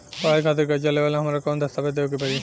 पढ़ाई खातिर कर्जा लेवेला हमरा कौन दस्तावेज़ देवे के पड़ी?